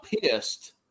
pissed